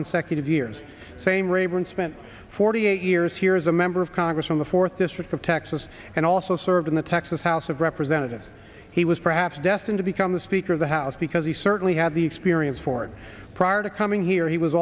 consecutive years same raeburn spent forty eight years here as a member of congress from the fourth district of texas and also served in the texas house of representatives he was perhaps destined to become the speaker of the house because he certainly had the experience for prior to coming here he was